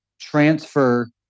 transfer